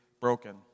broken